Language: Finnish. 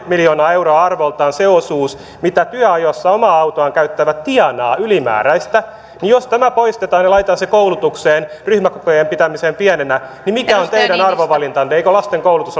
miljoonaa euroa on arvoltaan se osuus mitä työajossa omaa autoaan käyttävä tienaa ylimääräistä jos tämä poistettaisiin niin se voitaisiin laittaa koulutukseen ryhmäkokojen pitämiseen pienenä mikä on teidän arvovalintanne eikö lasten koulutus